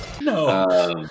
No